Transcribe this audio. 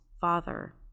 father